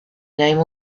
name